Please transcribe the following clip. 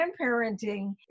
grandparenting